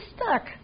stuck